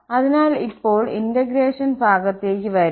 അതിനാൽ ഇപ്പോൾ ഇന്റഗ്രേഷൻ ഭാഗത്തേക്ക് വരുന്നു